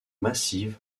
massive